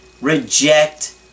reject